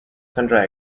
sundry